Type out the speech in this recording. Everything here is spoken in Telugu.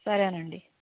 సరే అండి